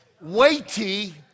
Weighty